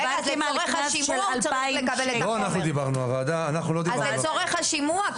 הוא צריך לקבל את חומר הראיות לצורך השימוע.